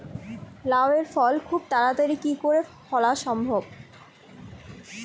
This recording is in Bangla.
লাউ এর ফল খুব তাড়াতাড়ি কি করে ফলা সম্ভব?